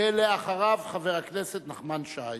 ואחריו, חבר הכנסת נחמן שי.